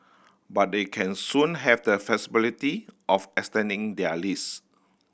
but they can soon have the flexibility of extending their lease